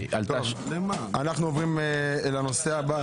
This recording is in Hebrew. אנחנו עוברים לנושא הבא.